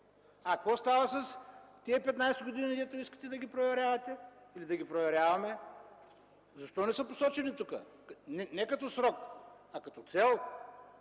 А какво става с тези 15 години, които искате да проверявате или да ги проверяваме? Защо не са посочени тук, не като срок, а като цел?